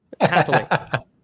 happily